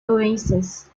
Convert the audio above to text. oasis